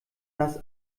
das